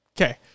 Okay